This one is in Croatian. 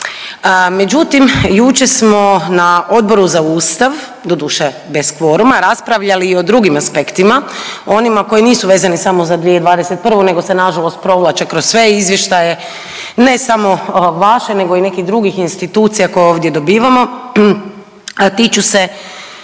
Međutim, jučer smo na Odboru za Ustav, doduše bez kvoruma raspravljali i o drugim aspektima, onima koji nisu vezani samo za 2021. nego se nažalost provlače kroz sve izvještaje. Ne samo vaše nego i nekih drugih institucija koje ovdje dobivamo, a tiču se